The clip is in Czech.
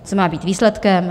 Co má být výsledkem?